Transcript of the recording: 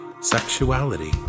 sexuality